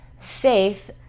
faith